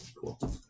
Cool